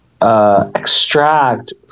extract